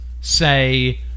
say